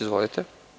Izvolite.